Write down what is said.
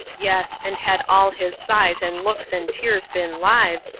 yes, and had all his sighs and looks and tears been lives,